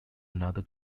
another